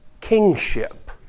kingship